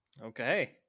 okay